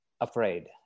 afraid